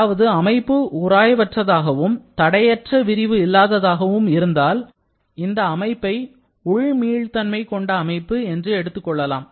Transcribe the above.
அதாவது அமைப்பு உராய்வற்றதாகவும் தடையற்ற விரிவு இல்லாததாகவும் இருந்தால் இந்த அமைப்பை உள் மீள்தன்மை கொண்ட அமைப்பு என்று எடுத்துக் கொள்ளலாம்